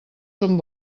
són